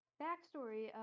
backstory